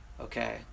okay